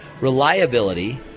reliability